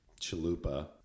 chalupa